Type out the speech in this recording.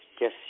Yes